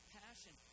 passion